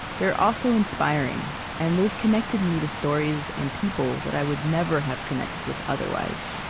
they're also inspiring and they've connected me to stories and people that i would never have connected with otherwise.